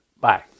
Bye